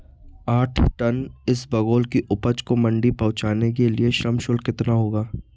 आठ टन इसबगोल की उपज को मंडी पहुंचाने के लिए श्रम शुल्क कितना होगा?